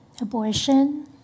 Abortion